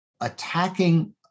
attacking